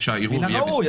שהערעור יהיה בזכות.